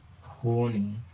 horny